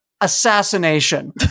assassination